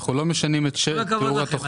אנחנו לא משנים את תיאור התכנית --- כל הכבוד לכם,